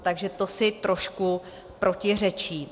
Takže to si trošku protiřečí.